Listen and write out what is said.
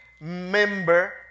member